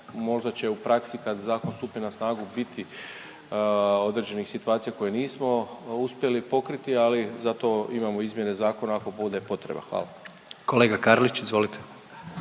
možda će u praksi kad zakon stupi na snagu biti određenih situacija koje nismo uspjeli pokriti, ali zato imamo izmjene zakona ako bude potreba. Hvala. **Jandroković, Gordan